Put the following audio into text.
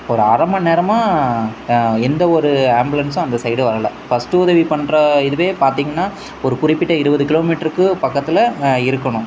ஒரு அரை மணிநேரமா எந்த ஒரு ஆம்புலன்சும் அந்த சைடு வரலை ஃபஸ்ட்டு உதவி பண்ணுற இதுவே பார்த்தீங்கனா ஒரு குறிப்பிட்ட இருபது கிலோமீட்டருக்கு பக்கத்தில் இருக்கணும்